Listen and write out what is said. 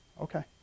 Okay